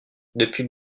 depuis